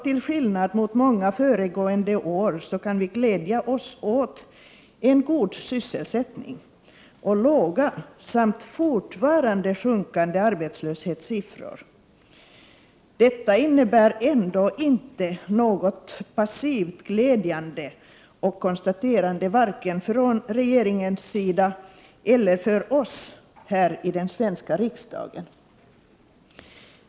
Till skillnad från flera föregående år kan vi glädja oss åt en god sysselsättning och låga samt fortfarande sjunkande arbetslöshetssiffror. Detta föranleder ändå inte någon passiv glädje eller ett passivt konstaterande vare sig från regeringens sida eller från oss här i den svenska riksdagen.